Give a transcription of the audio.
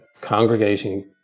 congregating